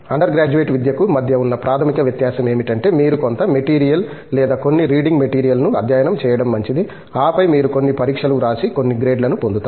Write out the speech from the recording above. under graduate విద్యకు మధ్య ఉన్న ప్రాథమిక వ్యత్యాసం ఏమిటంటే మీరు కొంత మెటీరియల్ లేదా కొన్ని రీడింగ్ మెటీరియల్ను అధ్యయనం చేయడం మంచిది ఆపై మీరు కొన్ని పరీక్షలు వ్రాసి కొన్ని గ్రేడ్లను పొందుతారు